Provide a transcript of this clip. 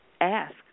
Ask